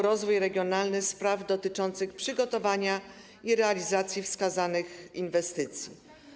Rozwój regionalny spraw dotyczących przygotowania i realizacji wskazanych inwestycji.